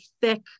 thick